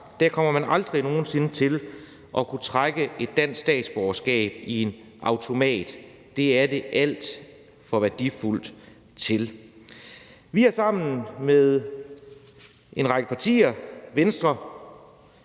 vagt kommer man aldrig nogen sinde til at kunne trække et dansk statsborgerskab i en automat. Det er det alt for værdifuldt til. Vi har sammen med en række partier, nemlig